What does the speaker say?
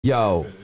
yo